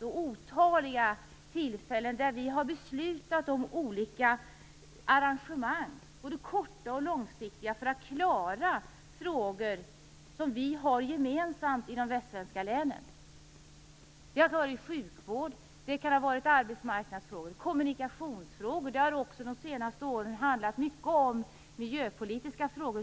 otaliga tillfällen beslutat om olika arrangemang, både kortsiktiga och långsiktiga, för att lösa frågor som är gemensamma för de västsvenska länen. Det har rört sig om sjukvårdsfrågor, arbetsmarknadsfrågor, kommunikationsfrågor och under de senaste åren miljöpolitiska frågor.